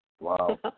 Wow